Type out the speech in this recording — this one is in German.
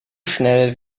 schnell